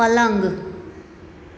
પલંગ